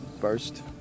First